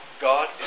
God